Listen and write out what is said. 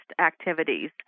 activities